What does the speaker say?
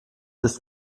ist